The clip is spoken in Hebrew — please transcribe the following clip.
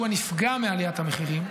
שהוא הנפגע מעליית המחירים,